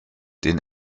den